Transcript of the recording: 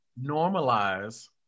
normalize